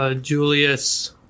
Julius